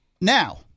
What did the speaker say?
now